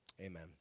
Amen